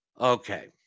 Okay